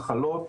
מחלות,